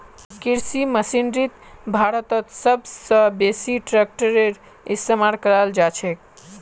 कृषि मशीनरीत भारतत सब स बेसी ट्रेक्टरेर इस्तेमाल कराल जाछेक